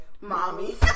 mommy